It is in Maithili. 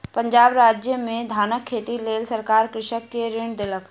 पंजाब राज्य में धानक खेतीक लेल सरकार कृषक के ऋण देलक